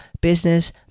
Business